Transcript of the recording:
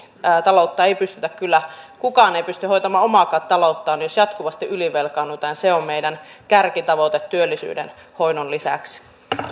taloutta ei kyllä pystytä hoitamaan ei kyllä kukaan pysty hoitamaan omaakaan talouttaan jos jatkuvasti ylivelkaannutaan se on meidän kärkitavoitteemme työllisyyden hoidon lisäksi